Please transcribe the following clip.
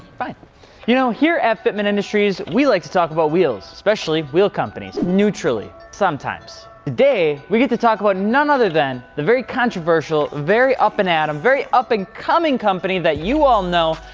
but you know, here at fitment industries, we like to talk about wheels. especially wheel companies. neutrally, sometimes. today, we get to talk about none other than the very controversial, very up and at em, very up and coming company that you all know,